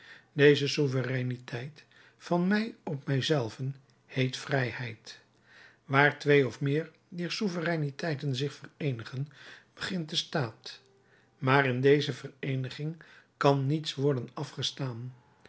deze souvereiniteit van mij op mij zelven heet vrijheid waar twee of meer dier souvereiniteiten zich vereenigen begint de staat maar in deze vereeniging kan niets worden afgestaan